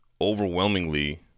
overwhelmingly